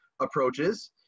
approaches